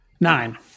Nine